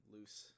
Loose